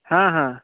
हाँ हाँ